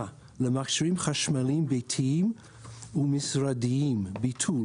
למכשירים חשמליים ביתיים ומשרדיים ( (ביטול),